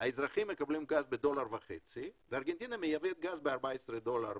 האזרחים מקבלים גז בדולר וחצי וארגנטינה מייבאת גז ב-14 דולר.